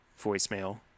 voicemail